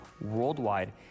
worldwide